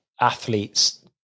athletes